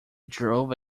drove